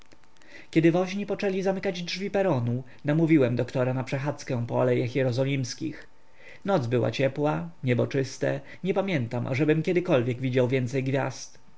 kiedy woźni poczęli zamykać drzwi peronu namówiłem doktora na przechadzkę po alejach jerozolimskich noc była ciepła niebo czyste nie pamiętam ażebym kiedykolwiek widział więcej gwiazd